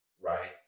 right